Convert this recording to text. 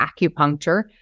acupuncture